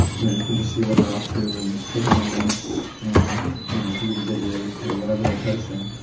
you can just see what their up to and click on the links and you know view the videos or whatever their posting.